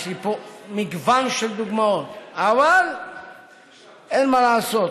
יש לי פה מגוון של דוגמאות, אבל אין מה לעשות,